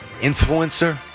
influencer